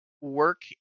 work